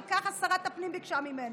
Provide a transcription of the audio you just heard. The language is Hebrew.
כי ככה שרת הפנים ביקשה ממנו.